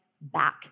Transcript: back